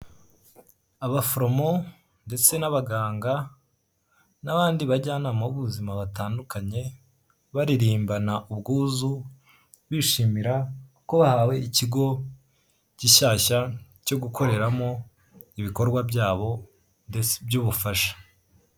Abaforomo ndetse n'abaganga n'abandi bajyanama b'ubuzima batandukanye baririmbana ubwuzu bishimira ko bahawe ikigo gishyashya cyo gukoreramo ibikorwa byabo ndetse by'ubufasha.